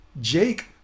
jake